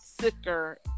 sicker